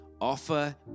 Offer